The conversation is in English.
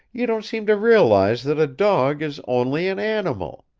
you don't seem to realize that a dog is only an animal.